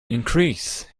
increase